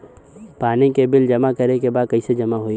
पानी के बिल जमा करे के बा कैसे जमा होई?